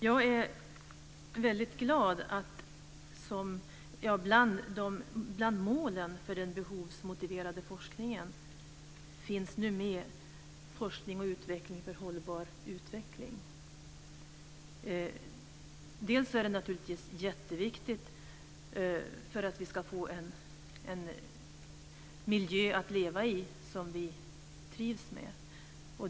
Jag är väldigt glad över att bland målen för den behovsmotiverade forskningen nu finns med forskning och utveckling för en hållbar utveckling. Dels är det naturligtvis mycket viktigt för att vi ska få en miljö att leva i som vi trivs med.